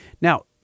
Now